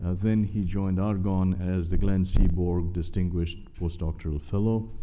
ah then he joined argonne as the glenn seaborg distinguished postdoctoral fellow.